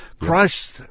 Christ